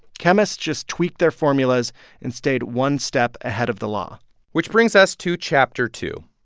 chemists just tweaked their formulas and stayed one step ahead of the law which brings us to chapter two,